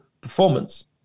performance